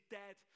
dead